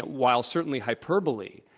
while certainly hyperbole,